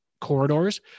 corridors